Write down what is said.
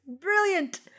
Brilliant